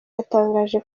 yatangaje